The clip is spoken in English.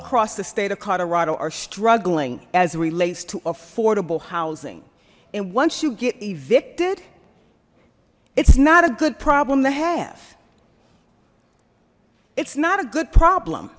across the state of colorado are struggling as relates to affordable housing and once you get evicted it's not a good problem to have it's not a good problem